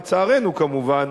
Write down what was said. לצערנו כמובן,